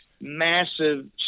Massive